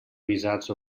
visats